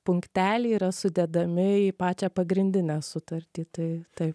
punkteliai yra sudedami į pačią pagrindinę sutartį tai tai